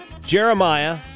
Jeremiah